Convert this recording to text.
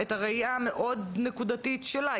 הראייה מאוד נקודתית שלה.